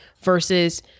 versus